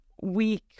week